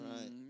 Right